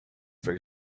for